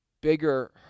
bigger